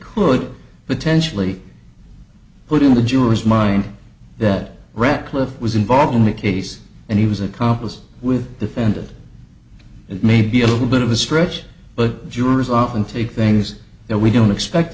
could potentially put in the jury's mind that rachleff was involved in the case and he was accomplice with defendant it may be a little bit of a stretch but jurors often take things that we don't expect